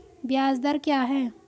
ब्याज दर क्या है?